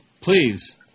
please